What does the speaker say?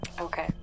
okay